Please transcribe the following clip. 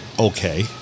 okay